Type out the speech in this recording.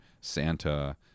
Santa